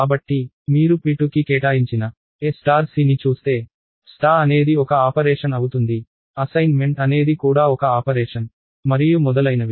కాబట్టి మీరు p2 కి కేటాయించిన a c ని చూస్తే నక్షత్రం అనేది ఒక ఆపరేషన్ అవుతుంది అసైన్మెంట్ అనేది కూడా ఒక ఆపరేషన్ మరియు మొదలైనవి